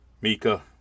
Mika